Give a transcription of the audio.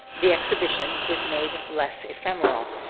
the exhibition is made less ephemeral.